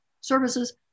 services